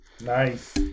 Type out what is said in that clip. Nice